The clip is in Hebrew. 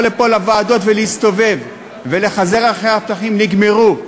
לפה לוועדות ולהסתובב ולחזר על הפתחים נגמרו.